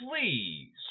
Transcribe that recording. please